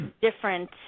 different